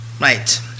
Right